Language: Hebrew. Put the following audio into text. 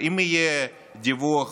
אם יהיה דיווח